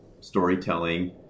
storytelling